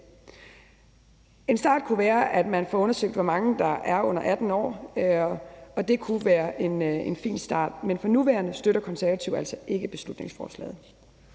En start kunne være, at man får undersøgt, hvor mange der er under 18 år, og det kunne være en fin start, men for nuværende støtter Konservative altså ikke beslutningsforslaget.